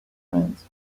friends